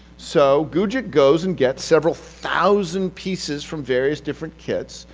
so, gugick goes and gets several thousand pieces from various different kits,